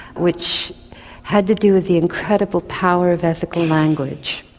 which had to do with the incredible power of ethical language.